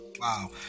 Wow